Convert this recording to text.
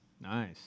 Nice